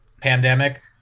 pandemic